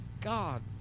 God